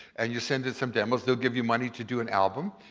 and you send in some demos. they'll give you money to do an album.